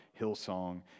Hillsong